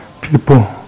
people